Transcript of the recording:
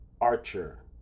archer